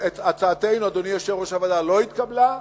והצעתנו, אדוני יושב-ראש הוועדה, לא התקבלה,